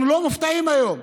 אנחנו לא מופתעים היום,